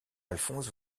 alphonse